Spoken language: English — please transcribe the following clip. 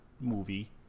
movie